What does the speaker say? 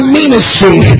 ministry